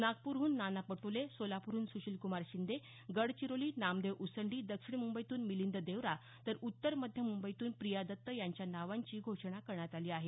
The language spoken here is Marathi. नागपूरहून नाना पटोले सोलाप्रहन सुशील कुमार शिंदे गडचिरोली नामदेव उसंडी दक्षिण मुंबईतून मिलिंद देवडा तर उत्तरमध्य मुंबईतून प्रिया दत्त यांच्या नावांची घोषणा करण्यात आली आहे